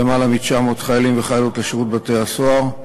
מ-900 חיילים וחיילות לשירות בתי-הסוהר.